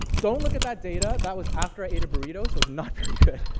don't look at that data. that was after i ate a burrito, so it's not good.